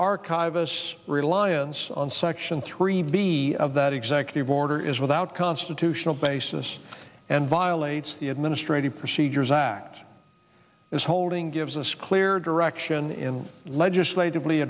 archivists reliance on section three b of that executive order is without constitutional basis and violates the administrative procedures act as holding gives us clear direction in legislatively